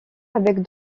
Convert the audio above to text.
avec